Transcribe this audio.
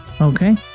Okay